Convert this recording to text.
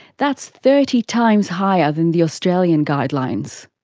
that's thirty times higher than the australian guidelines.